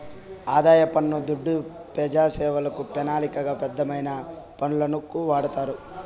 ఆదాయ పన్ను దుడ్డు పెజాసేవలకు, పెనాలిక బద్ధమైన పనులకు వాడతారు